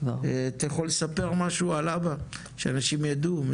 אתה יכול לספר משהו על אבא שאנשים ידעו?